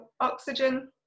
oxygen